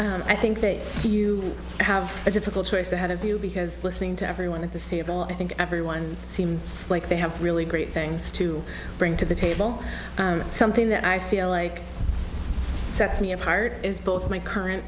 and i think that you have a difficult choice ahead of you because listening to everyone at the stable i think everyone seems like they have really great things to bring to the table something that i feel like sets me apart is both my current